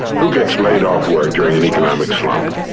who gets laid off work during an economic slump?